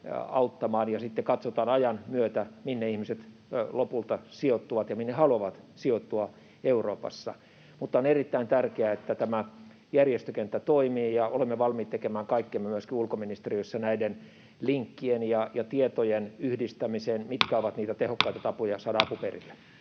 auttamaan. Ja sitten katsotaan ajan myötä, minne ihmiset lopulta sijoittuvat, ja minne haluavat sijoittua, Euroopassa. Mutta on erittäin tärkeää, että tämä järjestökenttä toimii. Ja olemme valmiit tekemään kaikkemme myöskin ulkoministeriössä näiden linkkien ja tietojen yhdistämiseen, mitkä ovat niitä tehokkaita tapoja saada apu perille.